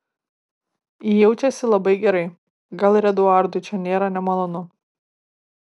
ji jaučiasi labai gerai gal ir eduardui čia nėra nemalonu